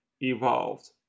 evolved